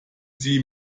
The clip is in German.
sie